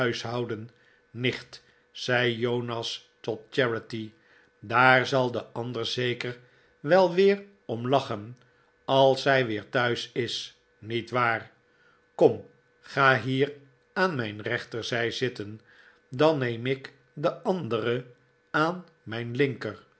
vrijgezelleu huishouden nicht zei jonas tot charity daar zal de andere zeker wei weer om lachen als ij weer thuis is niet waar kom ga hier aan mijn rechterzij zitten dan neeni ik de andereaan mijn linker